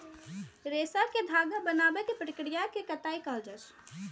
रेशा कें धागा बनाबै के प्रक्रिया कें कताइ कहल जाइ छै